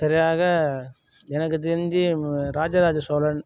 சரியாக எனக்கு தெரிஞ்சு ராஜராஜ சோழன்